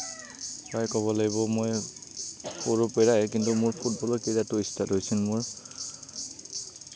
প্ৰায় ক'ব লাগিব মই সৰু পৰাই কিন্তু মোৰ ফুটবলৰ কেৰিয়াৰটো ষ্টাৰ্ট হৈছিল মোৰ